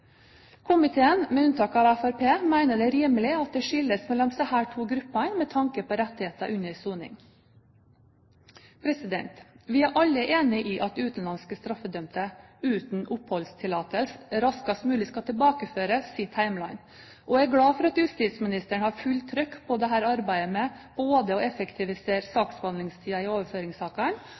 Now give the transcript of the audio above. Komiteen, alle med unntak av Fremskrittspartiet, mener det er rimelig at det skilles mellom disse to gruppene med tanke på rettigheter under soning. Vi er alle enige om at utenlandske straffedømte uten oppholdstillatelse raskest mulig skal tilbakeføres til sitt hjemland. Og jeg er glad for at justisministeren har fullt trykk på arbeidet med både å effektivisere saksbehandlingstiden i overføringssakene